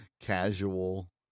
casual